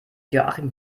joachim